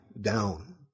down